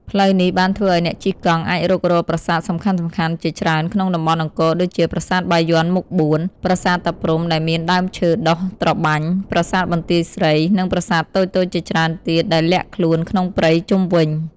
ផ្លូវនេះបានធ្វើឲ្យអ្នកជិះកង់អាចរុករកប្រាសាទសំខាន់ៗជាច្រើនក្នុងតំបន់អង្គរដូចជា ប្រាសាទបាយ័នមុខបួន ប្រាសាទតាព្រហ្មដែលមានដើមឈើដុះត្របាញ់ ប្រាសាទបន្ទាយស្រី និងប្រាសាទតូចៗជាច្រើនទៀតដែលលាក់ខ្លួនក្នុងព្រៃជុំវិញ។